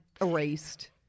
erased